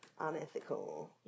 unethical